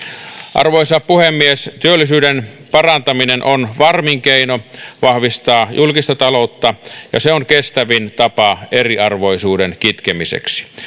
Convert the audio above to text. arvoisa puhemies työllisyyden parantaminen on varmin keino vahvistaa julkista ta loutta ja se on kestävin tapa eriarvoisuuden kitkemiseksi